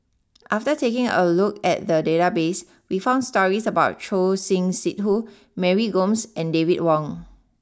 after taking a look at the database we found stories about Choor Singh Sidhu Mary Gomes and David Wong